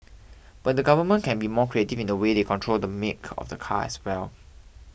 but the government can be more creative in the way they control the make of the car as well